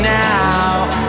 now